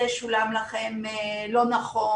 זה שולם לכם לא נכון,